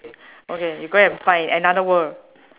okay you go and find another world